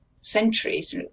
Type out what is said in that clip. centuries